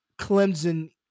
Clemson